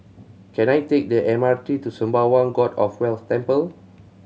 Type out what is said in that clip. can I take the M R T to Sembawang God of Wealth Temple